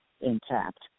intact